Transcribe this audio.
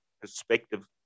perspective